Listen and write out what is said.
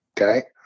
Okay